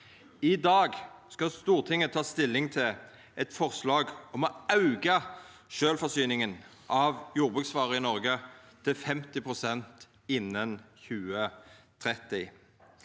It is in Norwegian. I dag skal Stortinget ta stilling til eit forslag om å auka sjølvforsyninga av jordbruksvarer i Noreg til 50 pst. innan 2030.